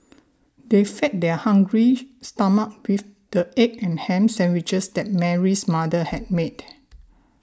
they fed their hungry stomachs with the egg and ham sandwiches that Mary's mother had made